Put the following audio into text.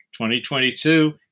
2022